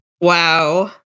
Wow